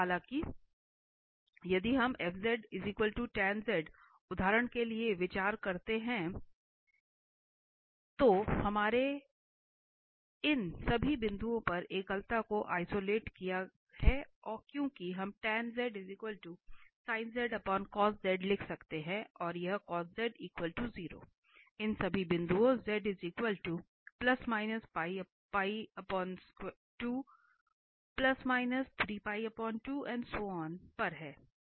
हालांकि यदि हम f tan z उदाहरण के लिए विचार करते हैं तो हमने इन सभी बिंदुओं पर एकलता को आइसोलेट किया है क्योंकि हम लिख सकते हैं और यह cos z 0 इन सभी बिंदुओं पर है